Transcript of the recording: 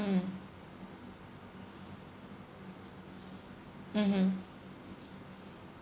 mm mmhmm